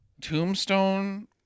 tombstone